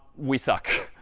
we suck.